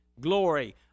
glory